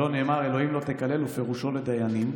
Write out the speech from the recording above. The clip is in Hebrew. שלא נאמר אלוהים לא תקלל, ופירושו, לדיינים.